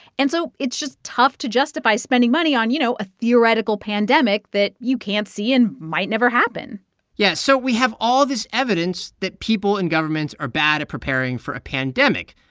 and so it's just tough to justify spending money on, you know, a theoretical pandemic that you can't see and might never happen yeah, so we have all this evidence that people and governments are bad at preparing for a pandemic.